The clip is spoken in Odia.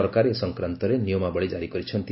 ସରକାର ଏ ସଂକ୍ରାନ୍ତରେ ନିୟମାବଳୀ କାରି କରିଛନ୍ତି